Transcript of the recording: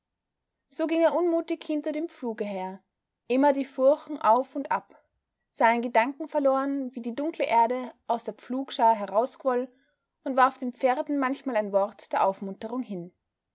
so ging er unmutig hinter dem pfluge her immer die furchen auf und ab sah in gedanken verloren wie die dunkle erde aus der pflugschar herausquoll und warf den pferden manchmal ein wort der aufmunterung hin